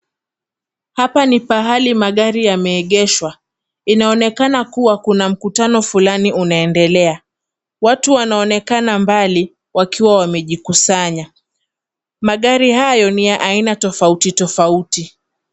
Hapa ni pahali magari yameegeshwa. Inaonekana kuwa kuna mkutano fulani unaendelea. Watu wanaonekana mbali wakiwa wamejikusanya. Magari hayo ni ya aina tofauti tofauti.